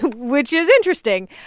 which is interesting.